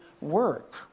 work